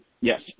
Yes